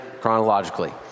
chronologically